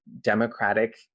democratic